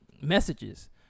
messages